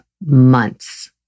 months